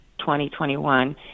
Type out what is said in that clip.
2021